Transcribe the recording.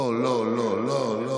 לא, לא, לא.